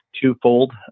twofold